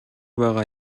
байгаа